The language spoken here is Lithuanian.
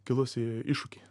kilusį iššūkį